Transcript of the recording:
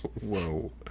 Whoa